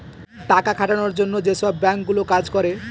টাকা খাটানোর জন্য যেসব বাঙ্ক গুলো কাজ করে